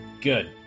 Good